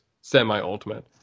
semi-ultimate